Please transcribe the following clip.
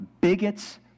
bigots